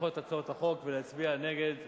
לדחות את הצעות החוק ולהצביע נגד,